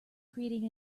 creating